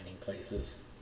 places